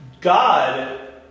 God